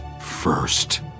first